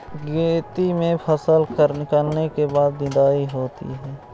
खेती में फसल निकलने के बाद निदाई होती हैं?